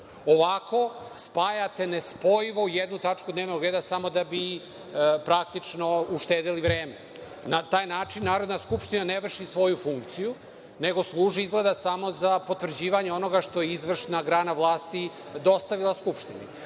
reda. Ovako spajate nespojivo u jednu tačku dnevnog reda samo da bi uštedeli vreme. Na taj način Narodna skupština ne vrši svoju funkciju, nego služi samo za potvrđivanje onoga što je izvršna grana vlasti dostavila Skupštini. Znači,